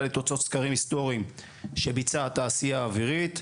לתוצאות סקרים היסטוריים שביצעה התעשייה האווירית,